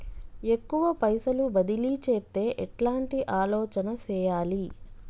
ఎక్కువ పైసలు బదిలీ చేత్తే ఎట్లాంటి ఆలోచన సేయాలి?